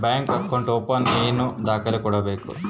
Bank account open ಏನೇನು ದಾಖಲೆ ಕೊಡಬೇಕು?